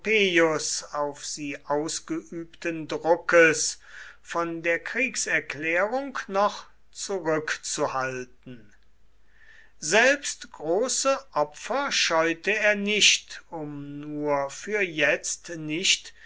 auf sie ausgeübten druckes von der kriegserklärung noch zurückzuhalten selbst große opfer scheute er nicht um nur für jetzt nicht